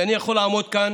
שאני יכול לעמוד כאן